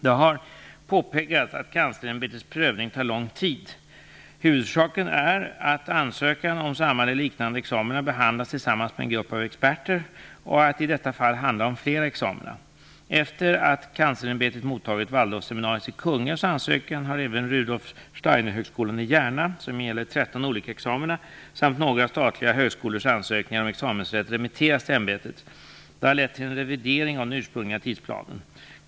Det har påpekats att Kanslersämbetets prövning tar lång tid. Huvudorsaken är att ansökan om samma eller liknande examina behandlas tillsammans av en grupp experter och att det i detta fall handlar om flera examina. Efter det att Kanslersämbetet mottagit Waldorfseminariets i Kungälv ansökan har även Rudolf Steinerhögskolans ansökan i Järna - vilken gäller 13 olika examina - samt några statliga högskolors ansökningar om examensrätt remitterats till ämbetet. Det har lett till en revidering av den ursprungliga tidplanen.